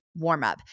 warmup